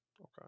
Okay